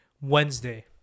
Wednesday